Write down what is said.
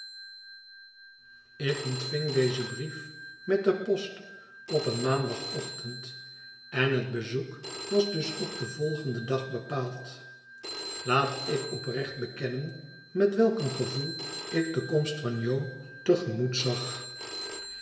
ik ontving dezen brief met de post op een maandagochtend en het bezoek was dus op den volgenden dag bepaald laat ik oprecht bekennen met welk gevoel ik de komst van jo te gemoet zag